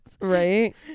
Right